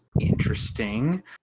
interesting